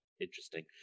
interesting